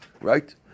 right